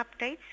updates